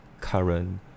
current